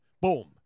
boom